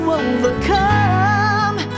overcome